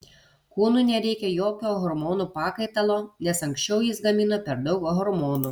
kūnui nereikia jokio hormonų pakaitalo nes anksčiau jis gamino per daug hormonų